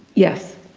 yes,